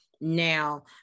Now